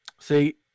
See